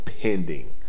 Pending